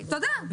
תודה.